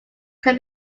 can